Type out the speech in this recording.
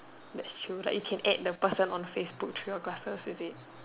that's true like you can add the person on Facebook through your glasses is it